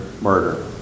murder